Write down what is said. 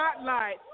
spotlight